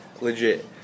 legit